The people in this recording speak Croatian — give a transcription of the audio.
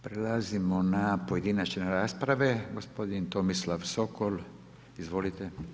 Prelazimo na pojedinačne rasprave, gospodin Tomislav Sokol, izvolite.